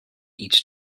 each